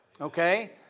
Okay